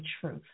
truth